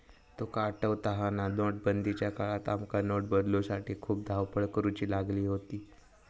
तुका आठवता हा ना, नोटबंदीच्या काळात आमका नोट बदलूसाठी खूप धावपळ करुची लागली होती